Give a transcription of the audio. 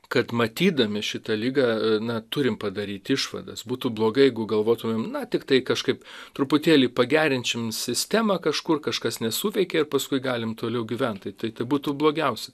kad matydami šitą ligą na turim padaryti išvadas būtų blogai jeigu galvotumėm na tiktai kažkaip truputėlį pagerinsim sistemą kažkur kažkas nesuveikė paskui galim toliau gyvent tik būtų blogiausia